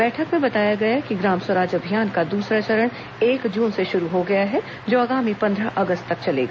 बैठक में बताया गया कि ग्राम स्वराज अभियान का दूसरा चरण एक जून से शुरू हो गया है जो आगोमी पंद्रह अगस्त तक चलेगा